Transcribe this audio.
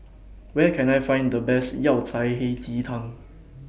Where Can I Find The Best Yao Cai Hei Ji Tang